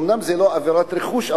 אומנם זו לא עבירת רכוש,